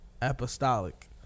apostolic